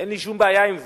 אין לי שום בעיה עם זה.